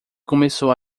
começou